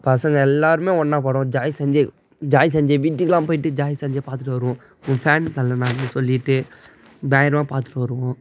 பசங்க எல்லாருமே ஒன்னாக பாடுவோம் ஜாய் சஞ்சய் ஜாய் சஞ்சய் வீட்டுக்கு எல்லாம் போயிவிட்டு ஜாய் சஞ்சய பார்த்துட்டு வருவோம் உங்கள் ஃபேன் அண்ணா நாங்கள்ன்னு சொல்லிவிட்டு பயல்லாம பார்த்துட்டு வருவோம்